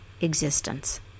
existence